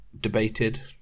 debated